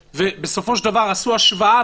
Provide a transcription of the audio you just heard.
ובסופו של דבר עשו השוואה,